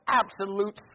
absolute